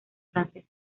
francesa